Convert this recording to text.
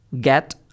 get